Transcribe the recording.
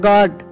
God